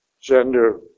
gender